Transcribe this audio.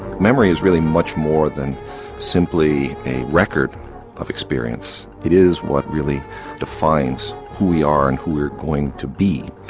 memory is really much more than simply a record of experience, it is what really defines who we are and who we are going to be.